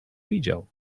widział